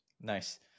Nice